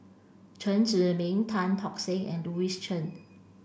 Chen Zhiming Tan Tock Seng and Louis Chen